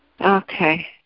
Okay